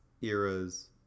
era's